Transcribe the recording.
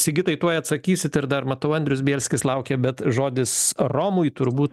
sigitai tuoj atsakysit ir dar matau andrius bielskis laukia bet žodis romui turbūt